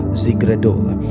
zigredola